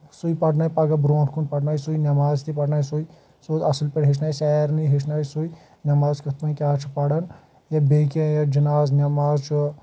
سُے پَرنایہِ پَگاہ برٛونٛٹھ کُن پَرنایہِ سُے نٮ۪ماز تہِ پَرنایہِ سُے سُہ اَصٕل پٲٹھۍ ہیٚچھناے سارنی ہیٚچھناے سُے نٮ۪ماز کِتھ پٲٹھۍ کیاہ چھُ پَرن یا بیٚیہِ کینٛہہ یا جِناز نٮ۪ماز چھُ